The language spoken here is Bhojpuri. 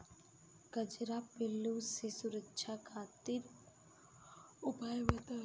कजरा पिल्लू से सुरक्षा खातिर उपाय बताई?